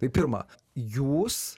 tai pirma jūs